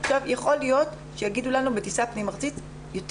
יכול להיות שיאמרו לי שבטיסה פנים ארצית יותר